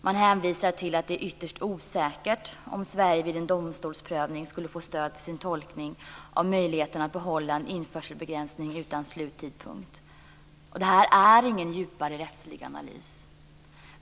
Man har hänvisat till att det är ytterst osäkert att Sverige vid en domstolsprövning skulle få stöd för sin tolkning av möjligheten att behålla en införselbegränsning utan sluttidpunkt. Det är ingen djupare rättslig analys.